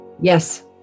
yes